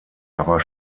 aber